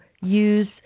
use